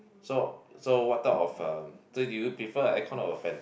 so so what type of uh so do you prefer a aircon or a fan